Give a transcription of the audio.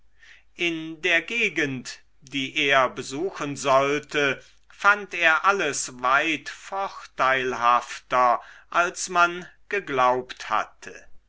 in der gegend die er besuchen sollte fand er alles weit vorteilhafter als man geglaubt hatte